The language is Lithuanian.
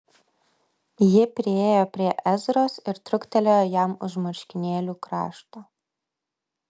ji priėjo prie ezros ir truktelėjo jam už marškinėlių krašto